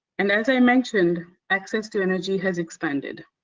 and as i mentioned, access to energy has expanded.